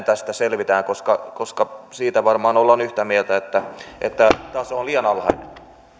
tästä selvitään koska koska siitä varmaan ollaan yhtä mieltä että että taso on liian alhainen